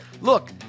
look